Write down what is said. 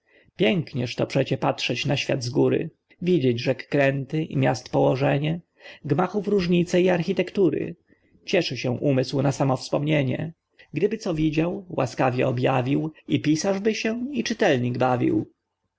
nieskończenie pięknieżto przecie patrzać na świat z góry widzieć rzek kręty i miast położenie gmachów różnice i architektury cieszy się umysł na samo wspomnienie gdyby co widział łaskawie objawił i pisarzby się i czytelnik bawił